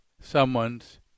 someone's